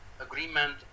agreement